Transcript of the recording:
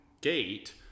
gate